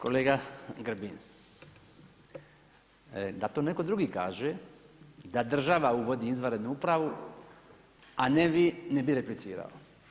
Kolega Grbin, da to netko drugi kaže da država uvodi izvanrednu upravu, a ne vi, ne bi replicirao.